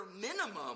minimum